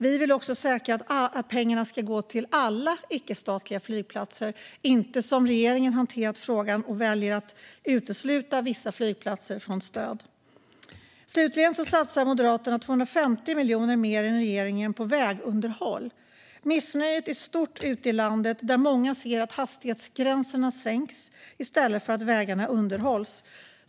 Vi vill också ge stöd till alla icke-statliga flygplatser och inte som regeringen utesluta vissa av dem. Slutligen satsar Moderaterna 250 miljoner kronor mer än regeringen på vägunderhåll. Missnöjet är stort ute landet, där många ser att hastighetsgränserna sänks i stället för att vägarna underhålls.